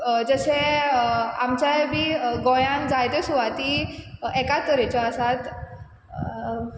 जशें आमच्याय बी गोंयान जायत्यो सुवाती एकात तरेच्यो आसात